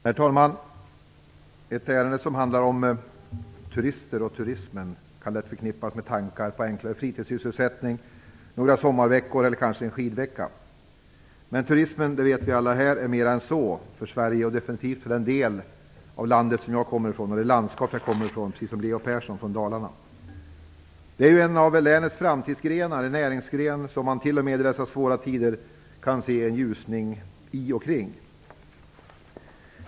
Herr talman! Ett ärende som handlar om turismen och turister kan lätt förknippas med tankar på enklare fritidssysselsättning, några sommarveckor eller kanske en skidvecka. Men turismen - det vet vi alla här - är mer än så för Sverige, och definitivt för det landskap jag och Leo Persson kommer ifrån: Dalarna. Turismen är en av länets framtidsgrenar, en näringsgren som man t.o.m. i dessa svåra tider kan se en ljusning i och kring.